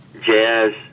jazz